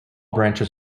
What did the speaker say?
branches